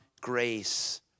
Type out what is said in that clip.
grace